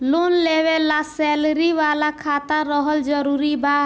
Loan लेवे ला salary वाला खाता रहल जरूरी बा?